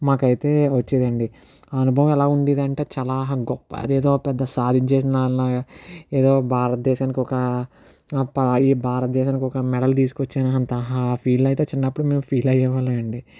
మాకు అయితే వచ్చేదండి అనుభవం ఎలా ఉండేది అంటే చాలా గొప్ప అది ఏదో పెద్ద సాధించేసిన దానిలాగా ఏదో భారతదేశానికి ఒక ఈ భారతదేశానికి ఒక మెడలు తీసుకొచ్చానంత ఆ ఫీల్ అయితే చిన్నప్పుడు మేము ఫీల్ అయ్యేవాళ్ళం అండి